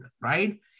right